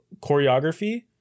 choreography